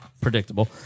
predictable